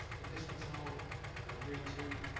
and this was all agreed to